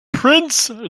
prince